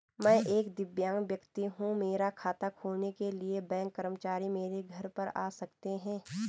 मैं एक दिव्यांग व्यक्ति हूँ मेरा खाता खोलने के लिए बैंक कर्मचारी मेरे घर पर आ सकते हैं?